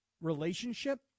relationship